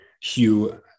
Hugh